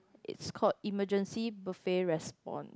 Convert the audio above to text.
it's called emergency buffet response